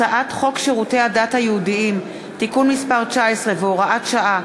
הצעת חוק שירותי הדת היהודיים (תיקון מס' 19 והוראת שעה),